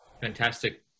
Fantastic